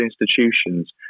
institutions